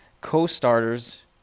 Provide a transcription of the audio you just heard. co-starters